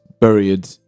buried